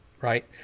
right